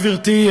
גברתי,